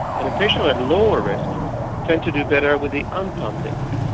and patients at lower risk tend to do better with the on pump technique.